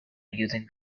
using